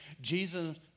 jesus